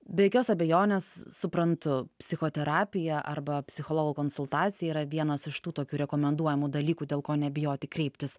be jokios abejonės suprantu psichoterapija arba psichologo konsultacija yra vienas iš tų tokių rekomenduojamų dalykų dėl ko nebijoti kreiptis